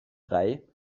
drei